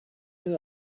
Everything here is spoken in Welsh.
mynd